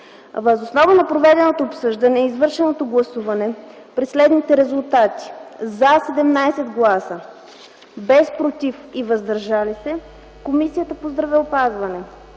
Въз основа на проведеното обсъждане и извършеното гласуване при следните резултати: „за” – 17 гласа, без „против” и „въздържали се”, Комисията по здравеопазването